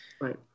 Right